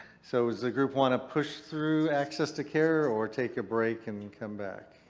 so does the group want to push through access to care or take a break and come back?